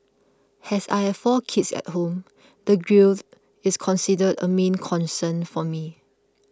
has I have four kids at home the grille is considered a main concern for me